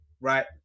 right